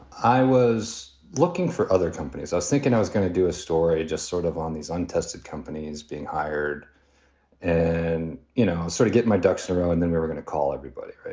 i was looking for other companies. i was thinking i was gonna do a story just sort of on these untested companies being hired and, you know, sort of get my ducks in a row and then we're going to call everybody.